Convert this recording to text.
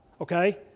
okay